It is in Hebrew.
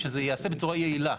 שזה ייעשה בצורה יעילה.